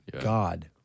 God